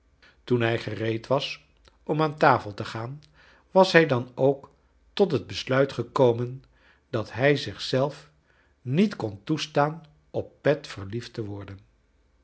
toen hij gereed was om aan tafel te gaan was hij dan ook tot het besluit gekomen dat hij zich zelf niet kon toestaan op pet verliefd te worden